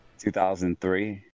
2003